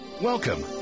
Welcome